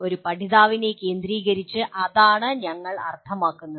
ഒരു പഠിതാവിനെ കേന്ദ്രീകരിച്ച് അതാണ് ഞങ്ങൾ അർത്ഥമാക്കുന്നത്